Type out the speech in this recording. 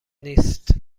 نیست